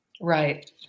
Right